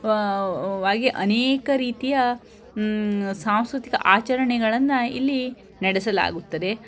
ವಾಗಿ ಅನೇಕ ರೀತಿಯ ಸಾಂಸ್ಕೃತಿಕ ಆಚರಣೆಗಳನ್ನು ಇಲ್ಲಿ ನಡೆಸಲಾಗುತ್ತದೆ